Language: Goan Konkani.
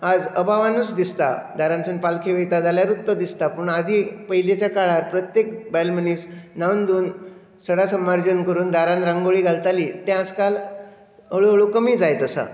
आज अभावानूच दिसता दारांतसून पालखी वयता जाल्यरूच तो दिसता पूण आदीं पयलींच्या काळार प्रत्येक बायल मनीस न्हावन धुवन सडा संमार्जन करून दारान रांगोळी घालताली तें आयज काळ हळूहळू कमी जायत आसा